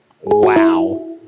Wow